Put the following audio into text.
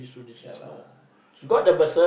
ya lah true